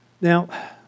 Now